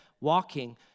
walking